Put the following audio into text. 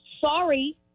sorry